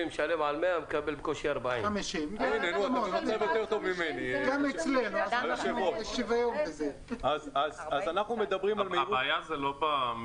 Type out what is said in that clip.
משלם על 100 ומקבל בקושי 40. הבעיה היא לא במהירות.